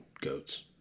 goats